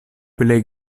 plej